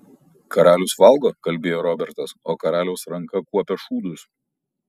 karalius valgo kalbėjo robertas o karaliaus ranka kuopia šūdus